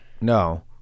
No